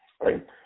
Right